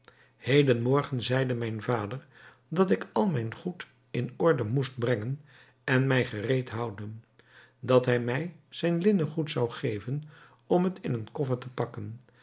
hernam hedenmorgen zeide mij mijn vader dat ik al mijn goed in orde moest brengen en mij gereed houden dat hij mij zijn linnengoed zou geven om het in een koffer te pakken